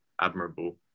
Admirable